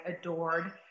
adored